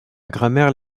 grammaire